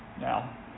Now